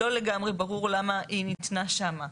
לא לגמרי ברור למה היא ניתנה שם.